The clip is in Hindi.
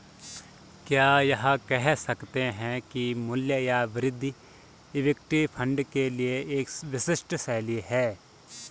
क्या यह कह सकते हैं कि मूल्य या वृद्धि इक्विटी फंड के लिए एक विशिष्ट शैली है?